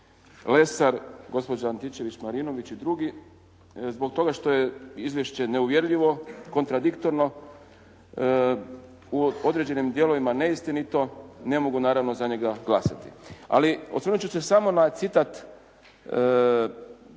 Lesar, gospođa Antičević-Marinović i drugi, zbog toga što je izvješće neuvjerljivo, kontradiktorno, u određenim dijelovima neistinito, ne mogu naravno za njega glasati. Ali osvrnuti ću se samo na citat na